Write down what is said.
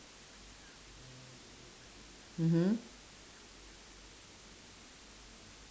mmhmm